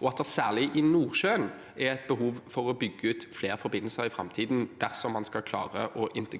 og at det særlig i Nordsjøen er et behov for å bygge ut flere forbindelser i framtiden dersom man skal klare å integrere